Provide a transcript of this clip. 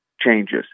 changes